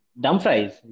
Dumfries